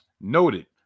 noted